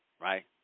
right